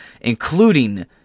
including